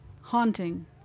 haunting